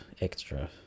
extra